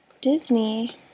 Disney